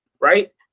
Right